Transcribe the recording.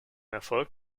erfolg